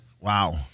Wow